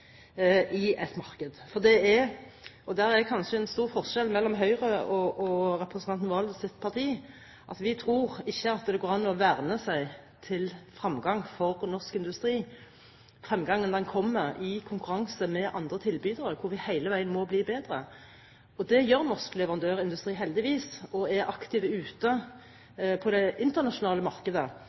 et marked. Her er det kanskje en stor forskjell mellom Høyre og partiet til representanten Serigstad Valen: Vi tror ikke at det går an å verne norsk industri til fremgang. Fremgangen kommer i konkurranse med andre tilbydere, en konkurranse hvor vi hele tiden må bli bedre. Og det blir norsk leverandørindustri, heldigvis. De er aktive på det internasjonale markedet,